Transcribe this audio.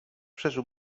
przeżył